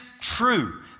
true